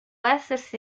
essersi